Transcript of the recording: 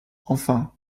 enfin